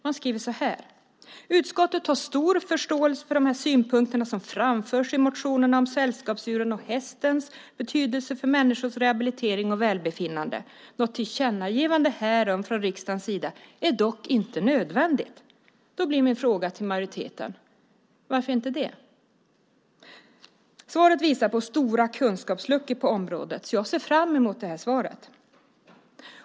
Man skriver så här: Utskottet har stor förståelse för de synpunkter som framförs i motionerna om sällskapsdjurs och hästens betydelse för människors rehabilitering och välbefinnande. Något tillkännagivande härom från riksdagens sida är dock inte nödvändigt. Då blir min fråga till majoriteten: Varför inte det? Svaret visar på stora kunskapsluckor på området, så jag ser fram emot det här svaret.